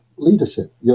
leadership